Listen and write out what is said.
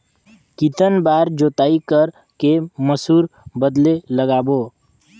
कितन बार जोताई कर के मसूर बदले लगाबो?